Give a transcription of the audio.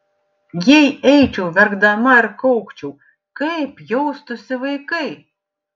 jei eičiau verkdama ir kaukčiau kaip jaustųsi vaikai